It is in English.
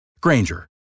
Granger